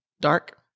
Dark